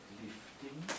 lifting